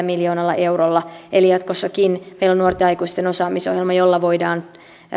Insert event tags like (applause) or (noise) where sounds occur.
(unintelligible) miljoonalla eurolla eli jatkossakin meillä on nuorten aikuisten osaamisohjelma jolla voidaan